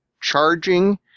charging